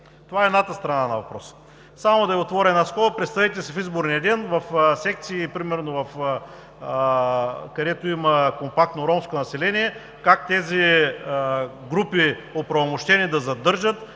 Това е едната страна на въпроса. Само да отворя една скоба – представете си в изборния ден в секции, където примерно има компактно ромско население, как тези групи, оправомощени да задържат,